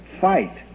fight